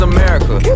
America